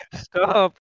stop